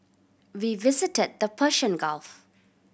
we visited the Persian Gulf